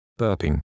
burping